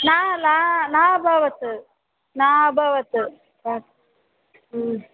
न न नाभवत् न अभवत्